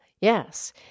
Yes